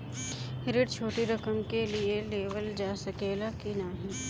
ऋण छोटी रकम के लिए लेवल जा सकेला की नाहीं?